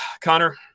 Connor